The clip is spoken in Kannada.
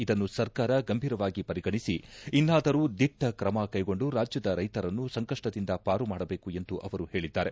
ಇದನ್ನು ಸರ್ಕಾರ ಗಂಭೀರವಾಗಿ ಪರಿಗಣಿಸಿ ಇನ್ನಾದರೂ ದಿಟ್ಟ ಕ್ರಮ ಕೈಗೊಂಡು ರಾಜ್ಯದ ರೈತರನ್ನು ಸಂಕಷ್ಟದಿಂದ ಪಾರುಮಾಡಬೇಕು ಎಂದು ಅವರು ಹೇಳಿದ್ದಾರೆ